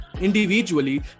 individually